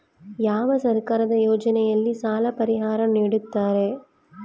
ಯಾವ ಸರ್ಕಾರದ ಯೋಜನೆಯಲ್ಲಿ ಸಾಲ ಪರಿಹಾರ ನೇಡುತ್ತಾರೆ?